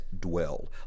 dwell